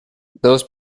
those